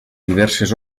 diverses